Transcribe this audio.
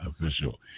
official